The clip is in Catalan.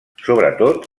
sobretot